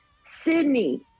Sydney